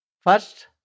First